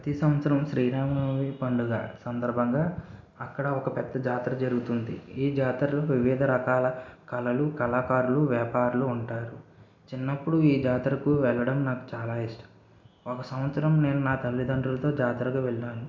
ప్రతి సంవత్సరం శ్రీరామనవమి పండగ సందర్భంగా అక్కడ ఒక పెద్ద జాతర జరుగుతుంది ఈ జాతర వివిధ రకాల కళలు కళాకారులు వ్యాపారులు ఉంటారు చిన్నప్పుడు ఈ జాతరకు వెళ్లడం నాకు చాలా ఇష్టం ఒక సంవత్సరం నేను నా తల్లిదండ్రులతో జాతరకు వెళ్లాను